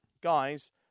guys